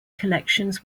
collections